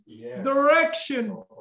direction